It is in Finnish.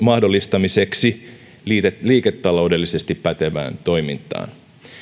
mahdollistamiseksi liiketaloudellisesti pätevään toimintaan